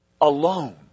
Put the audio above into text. alone